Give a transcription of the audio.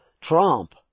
trump